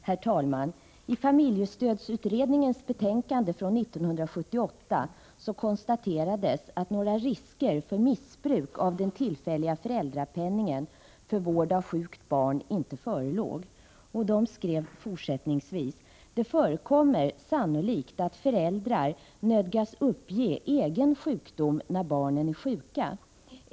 Herr talman! I familjestödsutredningens betänkande från 1978 konstaterades att några risker för missbruk av föräldrapenning för tillfällig vård av sjukt barn inte förelåg. Kommittén konstaterade fortsättningsvis: ”Det förekommer sannolikt att föräldrar nödgas uppge egen sjukdom när barnen är sjuka.